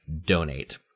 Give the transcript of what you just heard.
donate